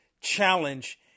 challenge